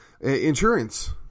insurance